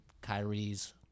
Kyrie's